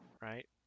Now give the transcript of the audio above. right